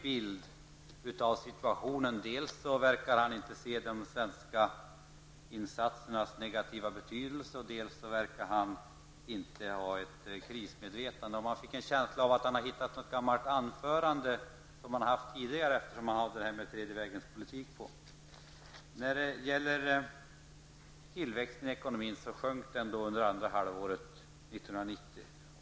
Roland Sundgren verkar emellertid inte inse de svenska insatsernas negativa betydelse, och han verkar inte heller ha något krismedvetande. Man fick en känsla av att Roland Sundgren läste upp ett gammalt anförande som han har hållit tidigare, eftersom han nämnde den tredje vägens politik. Tillväxten i ekonomin sjönk under det andra halvåret 1990.